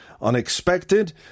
unexpected